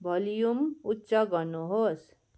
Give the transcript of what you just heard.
volume उच्च गर्नुहोस्